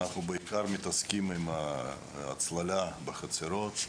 אנחנו מתעסקים בעיקר עם ההצללה בחצרות.